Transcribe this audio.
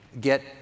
get